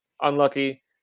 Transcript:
unlucky